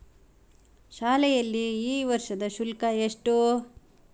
ಶಾಲೆಯಲ್ಲಿ ಈ ವರ್ಷದ ಶುಲ್ಕ ಎಷ್ಟು?